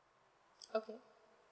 okay